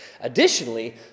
Additionally